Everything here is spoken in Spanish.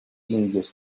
indios